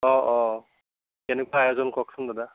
অঁ অঁ কেনেকুৱা আয়োজন কওকচোন দাদা